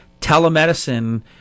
telemedicine